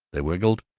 they wriggled,